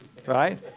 Right